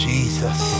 Jesus